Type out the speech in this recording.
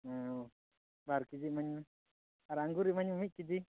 ᱵᱟᱨ ᱠᱤᱡᱤ ᱮᱢᱟᱹᱧ ᱢᱮ ᱟᱨ ᱟᱹᱜᱩᱨ ᱮᱢᱟᱹᱧ ᱢᱮ ᱢᱤᱫ ᱠᱤᱡᱤ